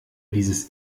dieses